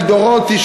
אלדורוטי,